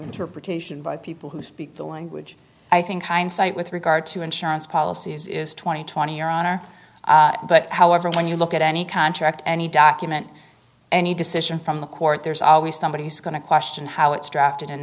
interpretation by people who speak the language i think hindsight with regard to insurance policies is twenty twenty or honor but however when you look at any contract any document any decision from the court there's always somebody who's going to question how it's drafted